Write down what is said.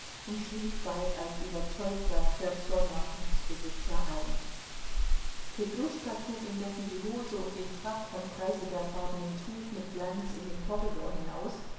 und schlief bald als überzeugter cherssoner gutsbesitzer ein petruschka trug indessen die hose und den frack von preißelbeerfarbenem tuch mit glanz in den korridor hinaus